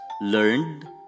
learned